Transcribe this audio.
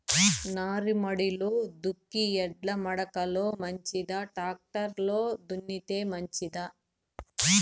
నారుమడిలో దుక్కి ఎడ్ల మడక లో మంచిదా, టాక్టర్ లో దున్నితే మంచిదా?